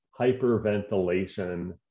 hyperventilation